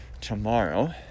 tomorrow